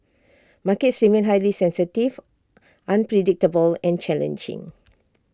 markets remain highly sensitive unpredictable and challenging